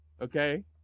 Okay